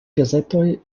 gazetoj